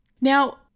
Now